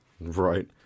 Right